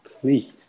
please